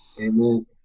Amen